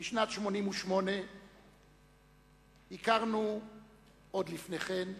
בשנת 1988. הכרנו עוד לפני כן,